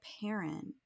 parent